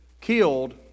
killed